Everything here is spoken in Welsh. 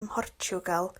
mhortiwgal